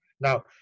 Now